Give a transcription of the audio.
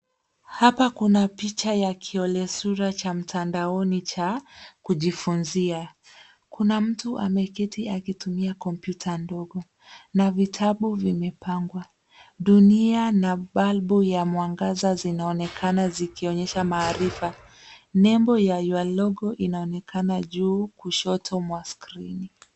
Hapa kuna picha ya kiolesura cha mtandaoni cha kujifunzia. Kuna mtu ameketi akitumia kompyuta ndogo na vitabu vimepangwa. Dunia na balbu ya mwangaza zinaonekana zikionyesha maarifa. Nembo ya your logo inaonekana juu kushoto mwa skrini.